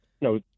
No